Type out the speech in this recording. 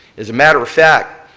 as a matter fact,